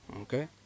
Okay